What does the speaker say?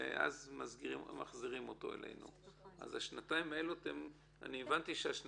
ואז מחזירים אותו אלינו, אז הבנתי שאתם